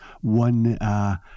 one